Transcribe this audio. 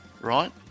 right